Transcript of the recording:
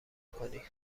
کنی